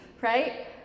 right